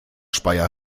speyer